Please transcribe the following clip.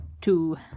Two